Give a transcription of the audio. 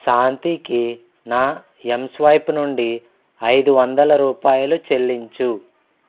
శాంతికి నా ఎంస్వైప్ నుండి ఐదు వందల రూపాయలు చెల్లించు